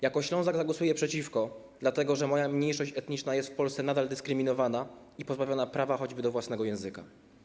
Jako Ślązak zagłosuję przeciwko, dlatego że moja mniejszość etniczna jest w Polsce nadal dyskryminowana i pozbawiona prawa choćby do własnego języka.